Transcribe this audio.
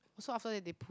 so after that they p~